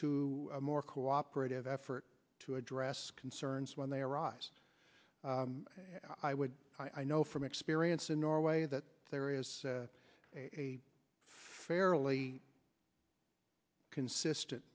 to a more cooperative effort to address concerns when they arise i would i know from experience in norway that there is a fairly consistent